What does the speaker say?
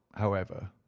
however,